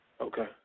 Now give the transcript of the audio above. Okay